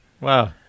wow